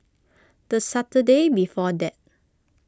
the Saturday before that